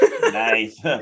Nice